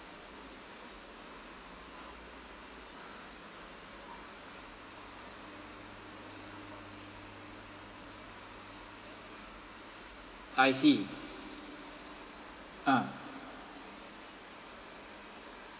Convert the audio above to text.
I see ah